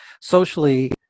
socially